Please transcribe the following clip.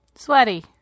Sweaty